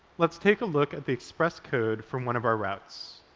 let's take a look at the express code from one of our routes.